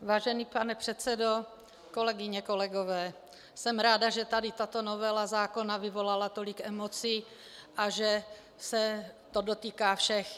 Vážený pane předsedo, kolegyně, kolegové, jsem ráda, že tady tato novela zákona vyvolala tolik emocí a že se to dotýká všech.